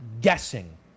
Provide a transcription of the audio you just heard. guessing